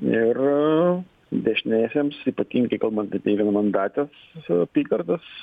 ir dešiniesiems ypatingai kalbant apie vienmandates apygardas